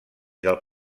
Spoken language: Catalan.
del